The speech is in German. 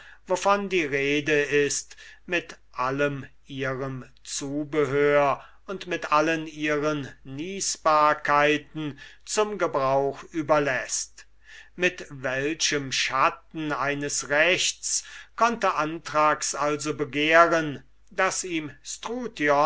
wovon die rede ist mit allem ihrem zubehör und mit allen ihren nießbarkeiten zum gebrauch überläßt mit welchem schatten eines rechts konnte anthrax also begehren daß ihm